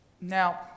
Now